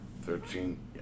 Thirteen